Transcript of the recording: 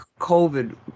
COVID